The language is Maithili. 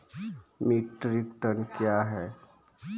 मीट्रिक टन कया हैं?